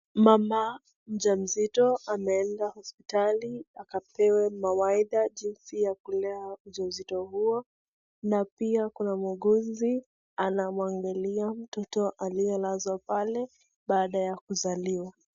Mama mja mzito ameenda hospitali akapewa mawaidha jinsi ya kule ujauzito huo na pia kuna muuguzi anamwangalia mtoto aliyelazwa pale baada ya kuzaliwa.